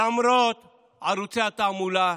למרות ערוצי התעמולה,